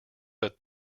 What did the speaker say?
but